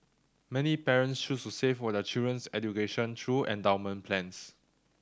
many parents choose to save for their children's education through endowment plans